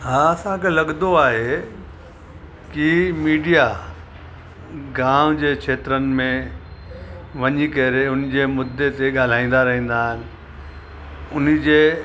हा असांखे लॻंदो आहे की मीडिया गाम जे खेत्रनि में वञी करे उन जे मुदे ते ॻाल्हाईंदा रहंदा आहिनि उन जे